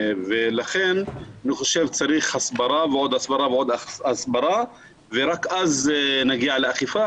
ולכן אני חושב שצריך הסברה ועוד הסברה ועוד הסברה ורק אז נגיע לאכיפה.